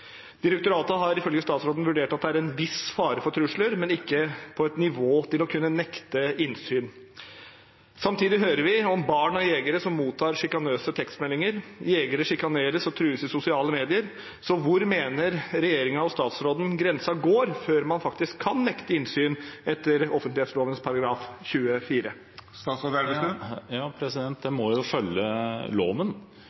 Direktoratet har ifølge statsråden vurdert det slik at det er en viss fare for trusler, men ikke på et nivå til å kunne nekte innsyn. Samtidig hører vi om barn av jegere som mottar sjikanøse tekstmeldinger. Jegere sjikaneres og trues i sosiale medier. Hvor mener regjeringen og statsråden grensen går før man faktisk kan nekte innsyn etter offentlighetsloven § 24?